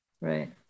Right